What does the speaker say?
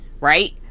right